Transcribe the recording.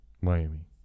Miami